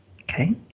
Okay